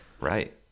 right